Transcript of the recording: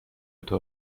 شتر